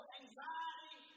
anxiety